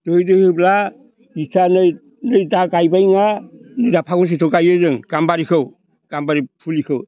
दोयै दोयै होब्ला जिथिया नै दा गायबायना फागुन सैथ्र'आव गायो जों गाम्बारिखौ गाम्बारि फुलिखौ